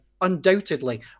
undoubtedly